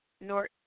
North